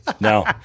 No